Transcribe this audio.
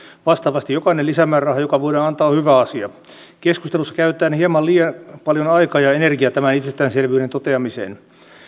vastaavasti jokainen lisämääräraha joka voidaan antaa on hyvä asia keskustelussa käytetään hieman liian paljon aikaa ja energiaa tämän itsestäänselvyyden toteamiseen